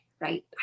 right